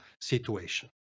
situation